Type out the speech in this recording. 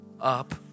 up